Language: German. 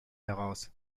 heraus